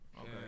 okay